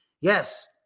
Yes